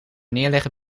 neerleggen